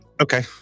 Okay